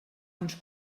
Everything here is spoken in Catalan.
ens